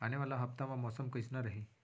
आने वाला हफ्ता मा मौसम कइसना रही?